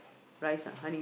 rice ah honey